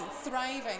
thriving